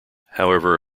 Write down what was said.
however